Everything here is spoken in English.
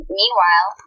meanwhile